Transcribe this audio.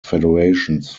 federations